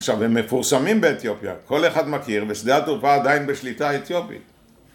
עכשיו הם מפורסמים באתיופיה. כל אחד מכיר, ושדה התעופה עדיין בשליטה אתיופית.